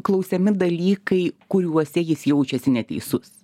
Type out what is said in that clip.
klausiami dalykai kuriuose jis jaučiasi neteisus